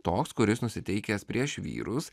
toks kuris nusiteikęs prieš vyrus